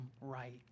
right